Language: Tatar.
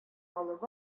алып